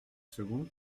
second